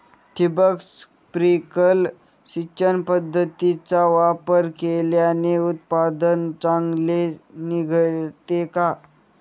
ठिबक, स्प्रिंकल सिंचन पद्धतीचा वापर केल्याने उत्पादन चांगले निघते का?